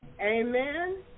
Amen